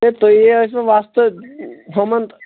ہے تُہی ہے ٲسۍوٕ وۄستہٕ ہُمَن